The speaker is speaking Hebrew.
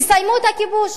תסיימו את הכיבוש.